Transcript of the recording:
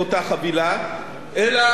אלא נערכו בה שינויים פנימיים.